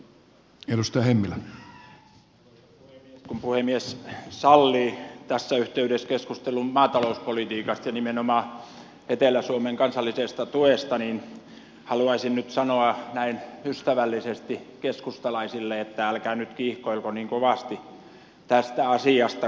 kun puhemies sallii tässä yhteydessä keskustelun maatalouspolitiikasta ja nimenomaan etelä suomen kansallisesta tuesta niin haluaisin nyt sanoa näin ystävällisesti keskustalaisille että älkää nyt kiihkoilko niin kovasti tästä asiasta